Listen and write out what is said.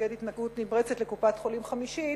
מתנגד התנגדות נמרצת לקופת-חולים חמישית,